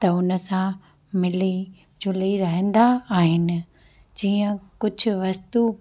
त हुन सां मिली ज़ुली रहंदा आहिनि जीअं कुझु वस्तु